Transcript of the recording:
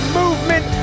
movement